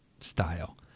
style